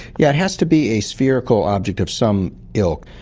yeah it has to be a spherical object of some ilk.